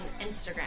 Instagram